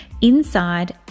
inside